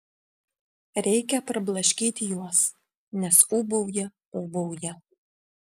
reikia prablaškyti juos nes ūbauja ūbauja